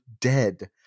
dead